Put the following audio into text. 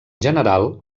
general